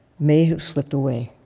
may have slipped away.